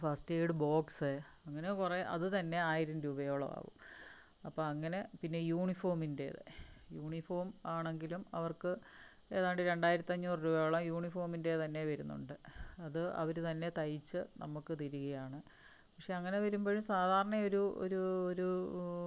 first aid box അങ്ങനെ കൊറേ അത് തന്നെ ആയിരം രൂപയോള ആവും അപ്പ അങ്ങനെ പിന്നെ യൂണിഫോമിൻ്റെത് യൂണിഫോം ആണെങ്കിലും അവർക്ക് ഏതാണ്ട് രെണ്ടായിരത്തഞ്ഞൂറ് രൂപയോളം യൂണിഫോമിൻ്റെ തന്നെ വരുന്നുണ്ട് അത് അവര് തന്നെ തയ്ച്ച് നമുക്ക് തിരികയാണ് പക്ഷേ അങ്ങനെ വരുമ്പോഴും സാധാരണ ഒരു ഒരു ഒരു